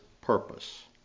purpose